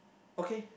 okay